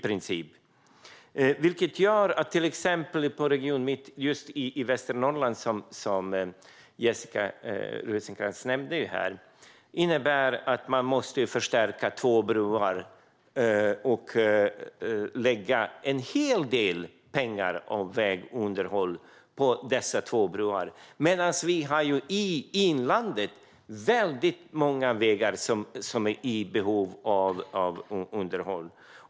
Det innebär till exempel i Region mitt i Västernorrland, som Jessica Rosencrantz nämnde, att man måste förstärka två broar. Man får lägga en hel del pengar för vägunderhåll på dessa två broar medan vi i inlandet har väldigt många vägar som är i behov av underhåll.